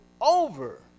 over